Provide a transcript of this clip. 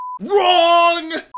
Wrong